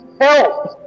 help